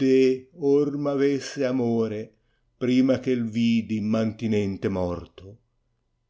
m avesse amore prima che m vidi immantenente morto